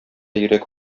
йөрәк